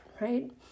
right